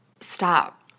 stop